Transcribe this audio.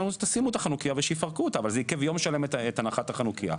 שימו את החנוכייה ושיפרקו אותה אבל זה עיכב ביום שלם את הנחת החנוכייה,